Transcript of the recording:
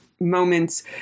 moments